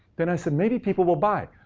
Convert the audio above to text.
then i said, maybe people will buy.